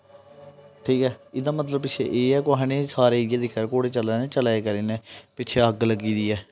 ठीक ऐ एह्दा मतलब पिच्छे ऐ ऐ कि कुसै ने सारे इ'यै दिखा दे घोडे़ चला दे न चला दे केह्दे न पिच्छे अग्ग लग्गी दी ऐ ठीक ऐ